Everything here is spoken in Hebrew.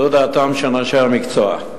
זו דעתם של אנשי המקצוע.